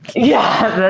yeah.